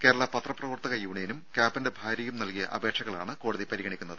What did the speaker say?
കേരളാ പത്രപ്രവർത്തക യൂണിയനും കാപ്പന്റെ ഭാര്യയും നൽകിയ അപേക്ഷകളാണ് കോടതി പരിഗണിക്കുന്നത്